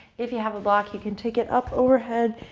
if you have a block, you can take it up overhead.